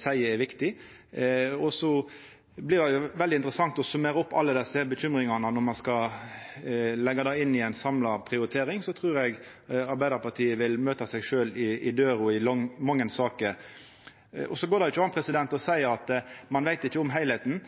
seier er viktig. Det blir veldig interessant å summera opp alle bekymringane. Når ein skal leggja det inn i ei samla prioritering, trur eg Arbeidarpartiet vil møta seg sjølv i døra i mange saker. Det går ikkje an å seia at ein ikkje veit om